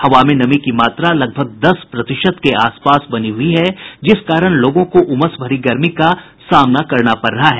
हवा में नमी की मात्रा लगभग दस प्रतिशत के आसपास बनी हुई है जिस कारण लोगों को उमस भरी गर्मी का सामना करना पड़ रहा है